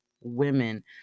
women